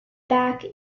back